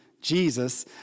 Jesus